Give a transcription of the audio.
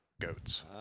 goats